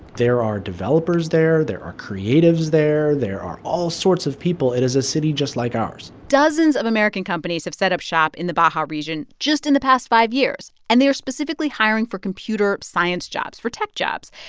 there are developers there. there are creatives there. there are all sorts of people. it is a city just like ours dozens of american companies have set up shop in the baja region just in the past five years, and they are specifically hiring for computer science jobs, for tech jobs.